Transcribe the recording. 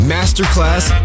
Masterclass